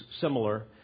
similar